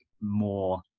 more